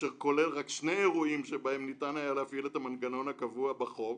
שכולל רק שני אירועים שבהם ניתן היה להפעיל את המנגנון הקבוע בחוק,